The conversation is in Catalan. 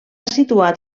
situat